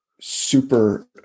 super